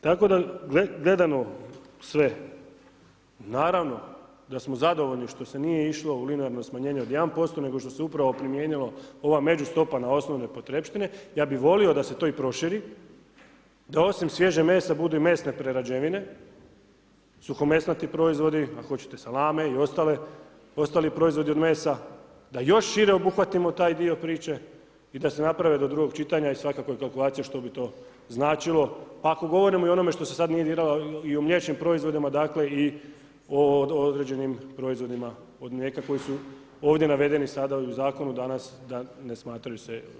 Tako da gledano sve, naravno da smo zadovoljni što se nije išlo u linearno smanjenje od 1%, nego što se upravo primijenilo ova međustopa na osnovne potrepštine, ja bih volio da se to i proširi, da osim svježeg mesa budu i mesne prerađevine, suhomesnati proizvodi, ako hoćete salame i ostali proizvodi od mesa, da još šire obuhvatimo taj dio priče i da se naprave do drugog čitanja svakako kalkulacije što bi to značilo pa ako govorimo i o onome što se sad nije diralo i o mliječnim proizvodima i određenim proizvodima od mlijeka koji su ovdje navedeni u zakonu sada da ne ... Zahvaljujem.